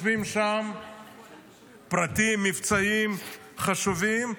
חושפים שם פרטים מבצעיים חשובים,